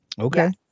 Okay